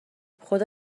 خدا